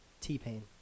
t-pain